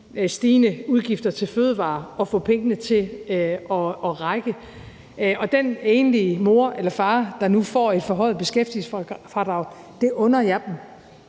stigende udgifter til fødevarer at få pengene til at række. Den enlige mor eller far, der nu får et forhøjet beskæftigelsesfradrag, under jeg det.